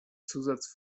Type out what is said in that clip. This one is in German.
zusatz